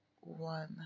one